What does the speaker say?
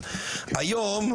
היום,